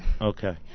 Okay